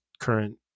current